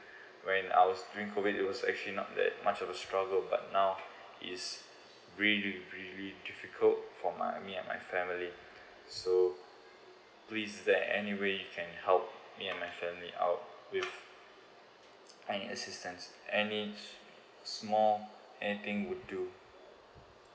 when I was during COVID it was actually not that much of the struggle but now is really really difficult for my me and my family so please there anyway you can help me and my family out with any assistance any small anything would do